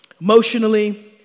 emotionally